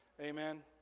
Amen